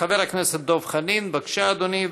חבר הכנסת דב חנין, בבקשה, אדוני.